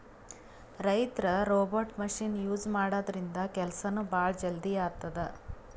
ರೈತರ್ robot machine use ಮಾಡದ್ರಿನ್ದ ಕೆಲ್ಸನೂ ಭಾಳ್ ಜಲ್ದಿ ಆತದ್